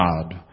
God